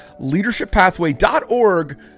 Leadershippathway.org